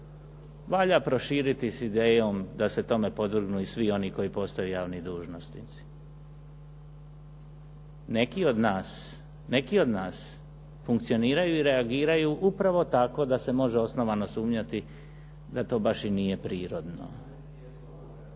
valja proširiti s idejom da se tome podvrgnu i svi oni koji postoje javni dužnosnici. Neki od nas, neki od nas funkcioniraju i reagiraju upravo tako da se može osnovano sumnjati da to baš i nije prirodno.